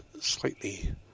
slightly